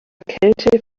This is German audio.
kälte